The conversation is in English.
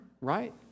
Right